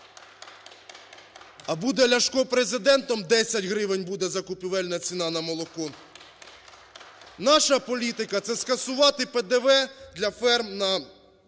А буде Ляшко Президентом – 10 гривень буде закупівельна ціна на молоко. Наша політка – це скасувати ПДВ для ферм,